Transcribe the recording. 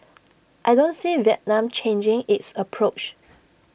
I don't see Vietnam changing its approach